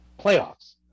Playoffs